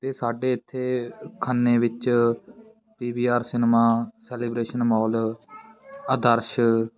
ਅਤੇ ਸਾਡੇ ਇੱਥੇ ਖੰਨੇ ਵਿੱਚ P V R cinema celebration mall ਆਦਰਸ਼